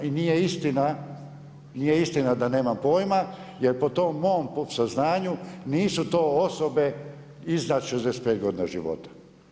I nije istina, nije istina da nemam pojma jer po tom mom saznanju nisu to osobe iznad 65 godina života.